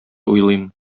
уйлыйм